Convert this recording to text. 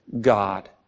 God